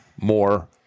more